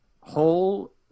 whole